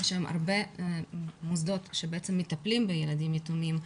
יש הרבה מוסדות שמטפלים בילדים יתומים,